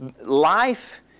Life